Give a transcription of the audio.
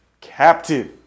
captive